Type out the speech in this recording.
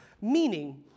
meaning